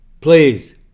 please